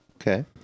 Okay